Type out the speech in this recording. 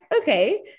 okay